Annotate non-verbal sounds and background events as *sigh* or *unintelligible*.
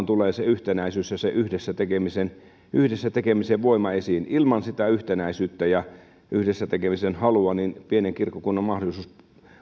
*unintelligible* tulee se yhtenäisyys ja se yhdessä tekemisen yhdessä tekemisen voima esiin ilman sitä yhtenäisyyttä ja yhdessä tekemisen halua pienen kirkkokunnan mahdollisuus